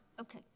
Okay